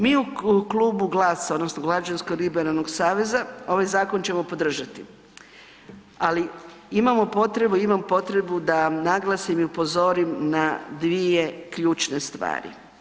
Mi u Klubu GLAS-a odnosno Građansko-liberalnog saveza ovaj zakon ćemo podržati, ali imamo potrebu, imam potrebu da naglasim i upozorim na dvije ključne stvari.